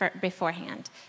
beforehand